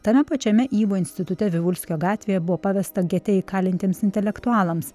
tame pačiame ivo institute vivulskio gatvėje buvo pavesta gete įkalintiems intelektualams